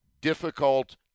difficult